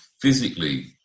physically